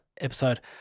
episode